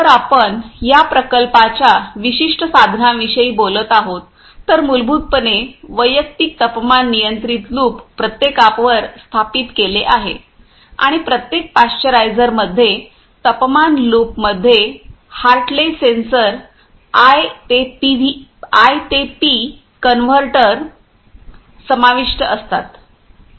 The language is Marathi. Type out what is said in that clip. जर आपण या प्रकल्पाच्या विशिष्ट साधनांविषयी बोलत आहोत तर मूलभूतपणे वैयक्तिक तापमान नियंत्रित लुप प्रत्येकावर स्थापित केले आहेत आणि प्रत्येक पाश्चरायझरमध्ये तापमान लूपमध्ये हार्टले सेन्सर आय ते पी कन्व्हर्टर समाविष्ट असतात